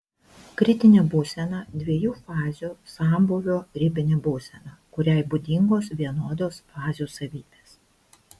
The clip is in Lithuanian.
kritinė būsena dviejų fazių sambūvio ribinė būsena kuriai būdingos vienodos fazių savybės